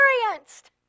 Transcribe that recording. experienced